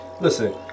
Listen